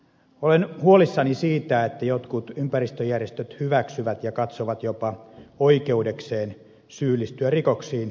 olen huolissani siitä että jotkut ympäristöjärjestöt hyväksyvät ja katsovat jopa oikeudekseen syyllistyä rikoksiin pyrkiessään tavoitteeseensa